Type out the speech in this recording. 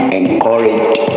encouraged